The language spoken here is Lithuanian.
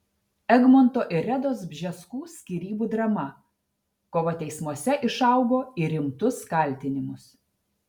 egmonto ir redos bžeskų skyrybų drama kova teismuose išaugo į rimtus kaltinimus